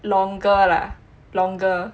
longer lah longer